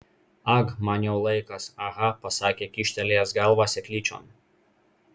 ag man jau laikas aha pasakė kyštelėjęs galvą seklyčion